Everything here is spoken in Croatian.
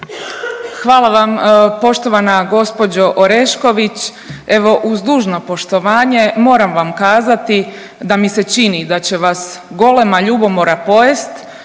Hvala vam poštovana gospođo Orešković. Evo uz dužno poštovanje moram vam kazati da mi se čini da će vas golema ljubomora pojest